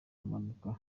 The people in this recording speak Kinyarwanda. mpanuka